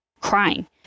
crying